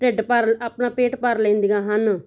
ਢਿੱਡ ਭਰ ਆਪਣਾ ਪੇਟ ਭਰ ਲੈਂਦੀਆਂ ਹਨ